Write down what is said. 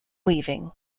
weaving